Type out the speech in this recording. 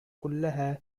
كلها